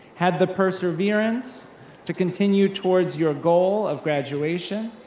had the perseverance to continue towards your goal of graduation,